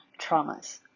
traumas